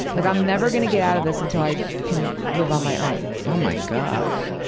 like i'm never gonna get out of this until i can live on my own. oh my god.